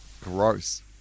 Gross